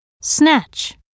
snatch